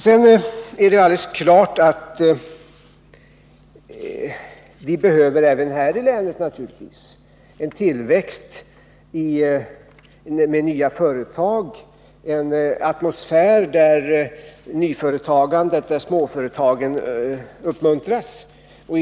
Det är vidare alldeles klart att vi även behöver en tillväxt baserad på bl.a. företag och en atmosfär där nyföretagandet och småföretagsamheten uppmuntras.